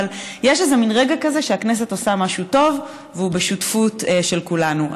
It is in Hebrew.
יש רגע כזה שהכנסת עושה משהו טוב והוא בשותפות של כולנו,